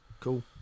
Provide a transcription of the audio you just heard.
Cool